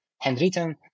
handwritten